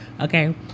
okay